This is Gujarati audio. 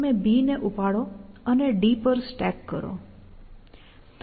તમે B ને ઉપાડો અને D પર સ્ટેક કરો